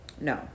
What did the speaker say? No